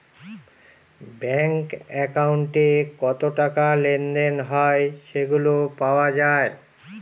bank একাউন্টে কত টাকা লেনদেন হয় সেগুলা পাওয়া যায়